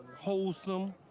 wholesome,